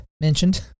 mentioned